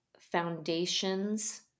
foundations